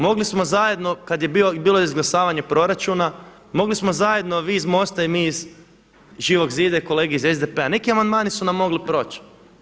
Mogli smo zajedno kada je bilo izglasavanje proračuna, mogli smo zajedno vi iz MOST-a i mi iz Živog zida i kolege iz SDP-a neki amandmani su nam mogli proć.